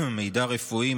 מידע רפואי,